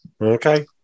okay